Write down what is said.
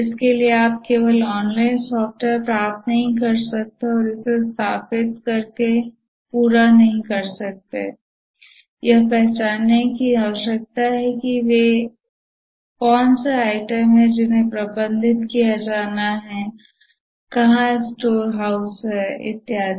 इसके लिए आप केवल ऑनलाइन सॉफ्टवेयर प्राप्त नहीं कर सकते हैं और इसे स्थापित कर के पूरा करके नहीं कर सकते हैं यह पहचानने की आवश्यकता है कि वे कौन से आइटम हैं जिन्हें प्रबंधित किया जाना है कहा स्टोरहाउस है इत्यादि